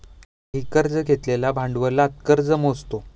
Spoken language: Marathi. आम्ही कर्ज घेतलेल्या भांडवलात कर्ज मोजतो